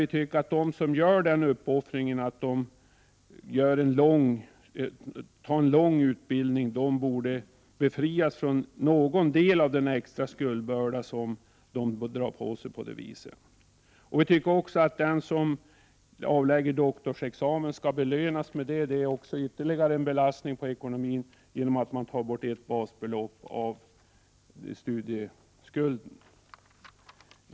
Vi tycker att de som gör uppoffringen att genomgå en lång utbildning bör befrias från någon del av den extra skuldbörda som de drar på sig på det viset. Vi tycker också att den som avlägger doktorsexamen skall få denna belöning. Det blir ytterligare en belastning på ekonomin genom att man tar bort ett basbelopp av studieskulden.